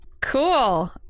Cool